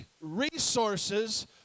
resources